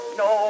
no